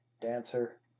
dancer